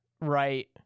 right